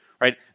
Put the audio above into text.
right